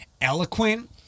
eloquent